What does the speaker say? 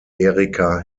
erika